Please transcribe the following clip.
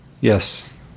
Yes